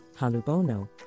Halubono